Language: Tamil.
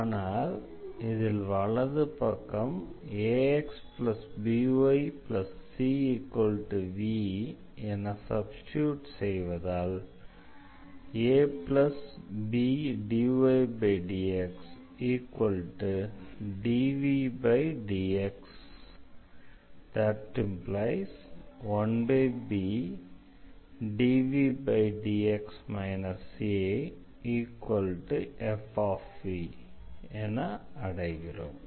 ஆனால் இதில் வலது பக்கம் axbycv என சப்ஸ்டிடியூட் செய்வதால் ⟹abdydxdvdx 1bdvdx af என அடைகிறோம்